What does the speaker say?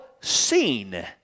seen